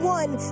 one